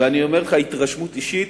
ואני אומר לך, התרשמות אישית,